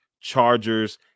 Chargers